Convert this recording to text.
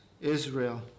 Israel